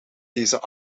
deze